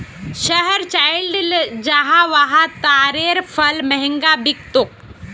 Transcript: शहर चलइ जा वहा तारेर फल महंगा बिक तोक